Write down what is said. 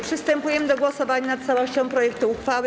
Przystępujemy do głosowania nad całością projektu uchwały.